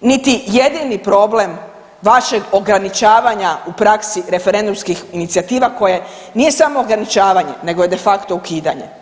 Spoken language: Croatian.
niti jedini problem vašeg ograničavanja u praksi referendumskih inicijativa koje nije samo ograničavanje nego je de facto ukidanje.